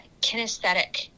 kinesthetic